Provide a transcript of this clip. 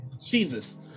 Jesus